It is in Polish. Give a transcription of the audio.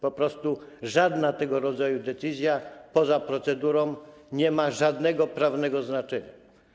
Po prostu żadna tego rodzaju decyzja poza procedurą nie ma żadnego prawnego znaczenia.